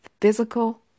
physical